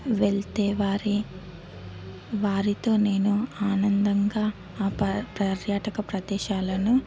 వెళితే వారి వారితో నేను ఆనందంగా ఆ పర్యాటక ప్రదేశాలను